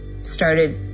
started